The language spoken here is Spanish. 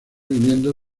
viviendo